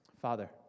Father